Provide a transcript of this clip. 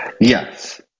Yes